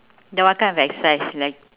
then what kind of exercise like